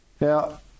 Now